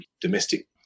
domestic